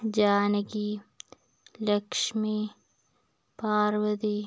Janaki Lakshmi Parvathy